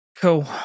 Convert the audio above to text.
Cool